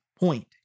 point